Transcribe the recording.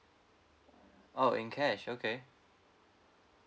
oh in cash okay